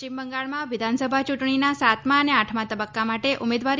પશ્ચિમ બંગાળમાં વિધાનસભા યૂંટણીના સાતમા અને આઠમા તબક્કા માટે ઉમેદવારી